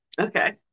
Okay